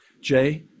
Jay